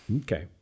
Okay